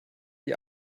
die